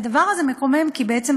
הדבר הזה מקומם, כי בעצם,